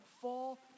fall